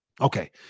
Okay